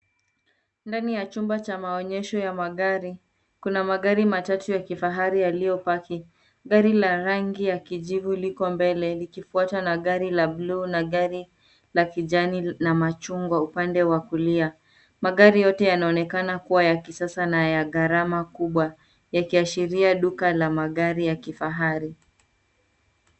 Ndani ya chumba cha maonyesho ya magari. Kuna magari matatu ya kifahari yaliyopaki. Gari la rangi ya kijivu liko mbele likifuata na gari la blue na gari la kijani na machungwa upande wa kulia. Magari yote yanaonekana kuwa ya kisasa na ya gharama kubwa yakiashiria duka la magari ya kifahari.